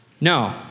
no